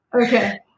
Okay